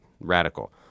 radical